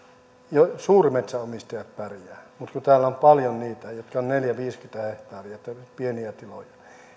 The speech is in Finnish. suurmetsänomistajat pärjäävät mutta täällä on paljon niitä pieniä tiloja joissa on neljäkymmentä viiva viisikymmentä hehtaaria